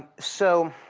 so,